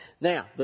now